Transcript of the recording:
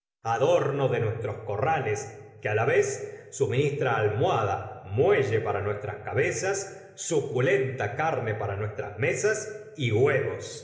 adorno de nuestros corrales que á la vez suministra almohada muelle para nuestras camas suculenta carne para nuestras mesas y hue